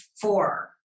four